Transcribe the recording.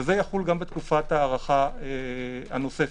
זה יחול גם בתקופת ההארכה הנוספת.